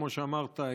כמו שאמרת,